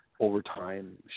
overtime